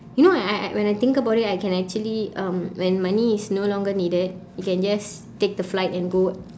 you know I I when I think about it I can actually um when money is no longer needed you can just take the flight and go